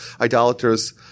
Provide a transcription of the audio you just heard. idolaters